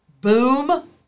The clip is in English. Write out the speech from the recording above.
boom